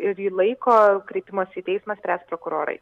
ir į laiko kreipimąsi į teismą spręs prokurorai